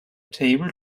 table